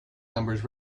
numbers